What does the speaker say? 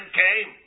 came